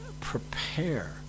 prepare